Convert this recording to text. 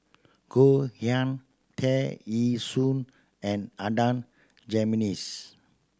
Goh Yihan Tear Ee Soon and Adan Jimenez